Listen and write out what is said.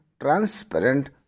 transparent